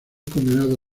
condenado